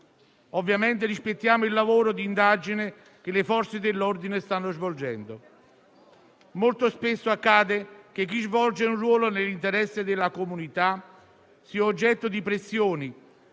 Ovviamente rispettiamo il lavoro di indagine che le Forze dell'ordine stanno svolgendo. Molto spesso accade che chi svolge un ruolo nell'interesse della comunità sia oggetto di pressioni